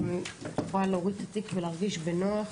גיטה, תרגישו בנוח,